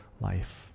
life